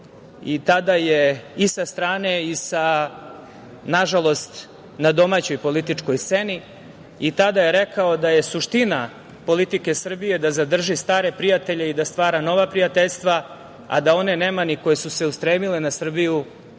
i tada je i sa strane i sa nažalost na domaćoj političkoj sceni, tada je rekao da je suština politike Srbije da zadrži stare prijatelje i stvara nova prijateljstva, a da one nemani koje su se ustremile na Srbiju,